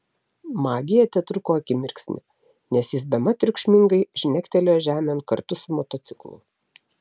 magija tetruko akimirksnį nes jis bemat triukšmingai žnektelėjo žemėn kartu su motociklu